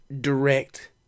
direct